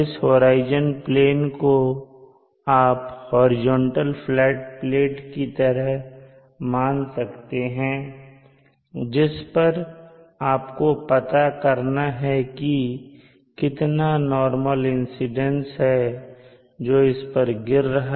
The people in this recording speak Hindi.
इस होराइजन प्लेन को आप हॉरिजॉन्टल फ्लैट प्लेट की तरह मान सकते हैं जिस पर आपको पता करना है कि कितना नॉर्मल इंसीडेंस है जो इस पर गिर रहा